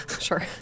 sure